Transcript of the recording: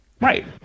Right